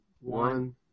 one